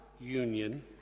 union